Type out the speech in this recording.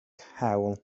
hewl